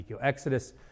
Exodus